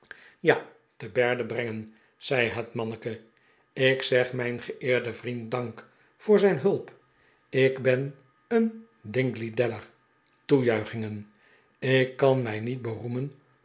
ja te berde brengen zei het manneke ik zeg mijn geeerden vriend dank voor zijn hulp ik ben een dingley deller toejuichingen ik kan mij niet beroemen